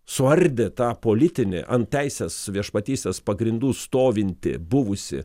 suardė tą politinį ant teisės viešpatystės pagrindų stovintį buvusį